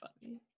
funny